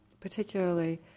particularly